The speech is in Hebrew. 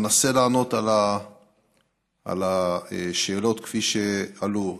אנסה לענות על השאלות כפי שעלו.